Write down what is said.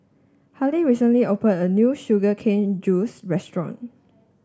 Harley recently opened a new Sugar Cane Juice Restaurant